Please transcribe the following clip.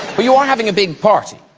you aren't having a big party